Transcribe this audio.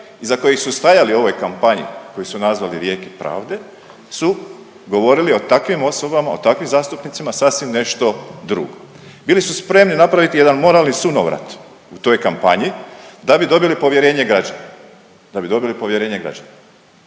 iza kojih su stajali u ovoj kampanji koji su zavali „Rijeke pravde“ su govorili o takvim osobama, o takvim zastupnicima sasvim nešto drugo. Bili su spremni napraviti jedan moralni sunovrat u toj kampanji da bi dobili povjerenje građana,